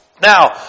Now